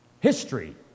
History